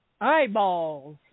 eyeballs